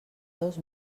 dos